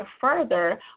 further